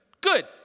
Good